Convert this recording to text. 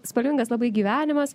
spalvingas labai gyvenimas